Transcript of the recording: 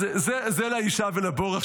אז זה לאישה ולבור.